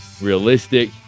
realistic